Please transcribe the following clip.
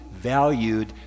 valued